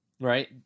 right